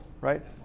right